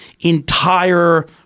entire